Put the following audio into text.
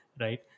right